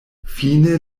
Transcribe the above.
fine